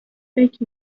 فکر